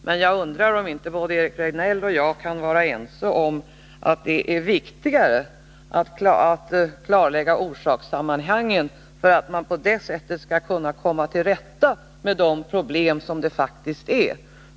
Men jag undrar om inte Eric Rejdnell och jag kan vara ense om att det är viktigare att klarlägga orsakssammanhangen, för att man på det sättet skall kunna komma till rätta med de problem som faktiskt föreligger.